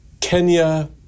Kenya